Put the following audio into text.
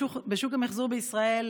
בשוק המחזור בישראל,